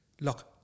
Look